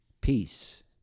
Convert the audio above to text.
peace